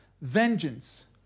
Vengeance